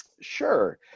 Sure